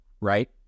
right